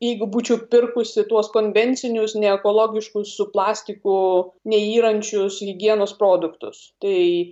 jeigu būčiau pirkusi tuos konvencinius neekologiškus su plastiku neyrančius higienos produktus tai